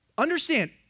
Understand